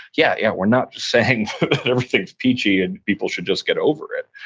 yeah yeah, we're not saying that everything's peachy and people should just get over it,